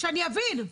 שאני יבין,